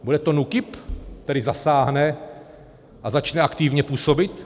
Bude to NÚKIB, který zasáhne a začne aktivně působit?